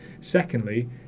Secondly